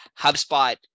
HubSpot